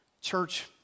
Church